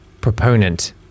proponent